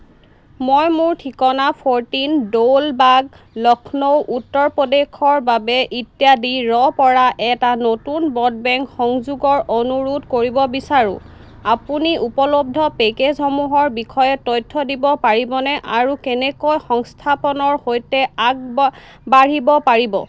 মই মোৰ ঠিকনা ফৰ্টিন দৌল বাগ লক্ষ্ণৌ উত্তৰ প্ৰদেশৰ বাবে ইত্যাদিৰ পৰা এটা নতুন ব্ৰডবেণ্ড সংযোগৰ অনুৰোধ কৰিব বিচাৰোঁ আপুনি উপলব্ধ পেকেজসমূহৰ বিষয়ে তথ্য দিব পাৰিবনে আৰু কেনেকৈ সংস্থাপনৰ সৈতে আগবাঢ়িব পাৰিব